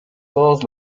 todos